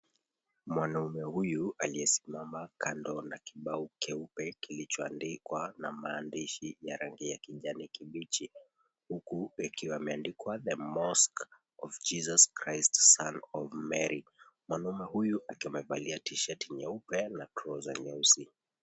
Mwanaume huyu aliyesimama kando na kibao kyeupe kilichoandikwa na maandishi ya rangi ya kijani kibichi. Huku ikiwa imeandikwa, The Mosque of Jesus Christ Son of Mary. Mwanaume huyu akiwa amevalia tishati nyeupe na trouser nyeusi.